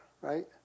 Right